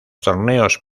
torneos